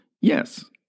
Yes